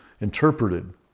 interpreted